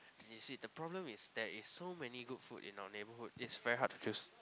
you see the problem is there is so many good food in our neighborhood it's very hard to choose